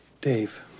Dave